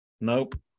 nope